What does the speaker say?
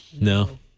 no